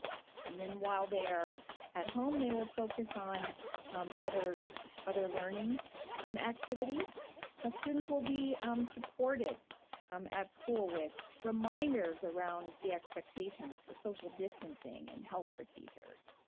and then while they're at home, they will focus on other other learning um activities as students will be um supported at school with reminders around the expectations for social distancing and health procedures.